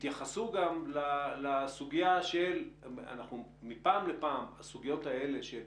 תתייחסו גם לסוגיה מפעם לפעם הסוגיות האלה של